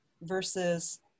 versus